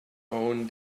own